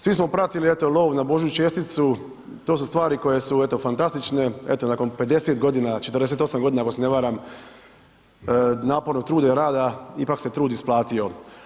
Svi pratili eto lov na božju česticu, to su stvari koje su eto fantastične, eto nakon 50 godina, 48 godina ako ne se varam napornog truda i rada ipak se trud isplatio.